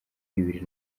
bibiri